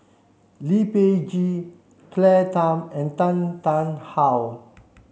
Lee Peh Gee Claire Tham and Tan Tarn How